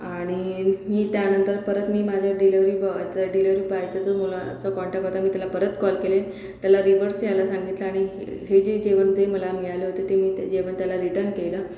आणि वी मी त्यानंतर परत मी माझ्या डिलेवरी बॉयचा डिलेवरी बायचा जो मुलाचा कॉन्टॅक होता मी त्याला परत कॉल केले त्याला रिव्हर्स यायला सांगितलं आणि हे जे जेवण ते मला मिळालं होते ते मी ते जेवण त्याला रिटन केलं